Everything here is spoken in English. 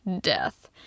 death